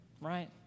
right